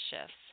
shifts